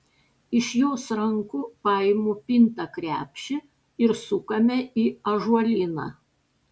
iš jos rankų paimu pintą krepšį ir sukame į ąžuolyną